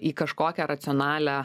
į kažkokią racionalią